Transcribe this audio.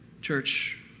Church